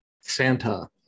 Santa